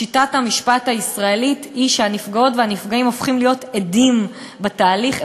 שיטת המשפט הישראלית היא שהנפגעות והנפגעים הופכים להיות עדים בתהליך,